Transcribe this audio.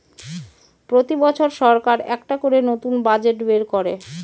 প্রতি বছর সরকার একটা করে নতুন বাজেট বের করে